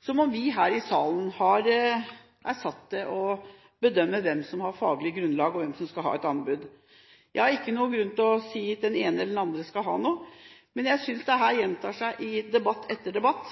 som om vi her i salen er satt til å bedømme hvem som har faglig grunnlag, og hvem som skal få tilslag på et anbud. Jeg har ikke noen grunn til å si at den ene eller den andre skal ha noe, men jeg synes dette gjentar seg i debatt etter debatt.